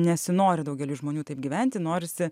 nesinori daugeliui žmonių taip gyventi norisi